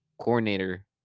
coordinator